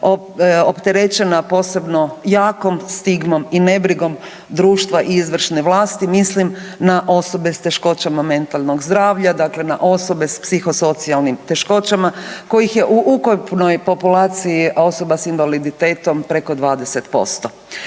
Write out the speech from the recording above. opterećena posebno jakom stigmom i nebrigom društva i izvršne vlasti, mislim na osobe s teškoćama mentalnog zdravlja, dakle na osobe s psihosocijalnim teškoćama kojih je u ukupnoj populaciji osoba s invaliditetom preko 20%.